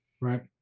Right